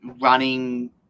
running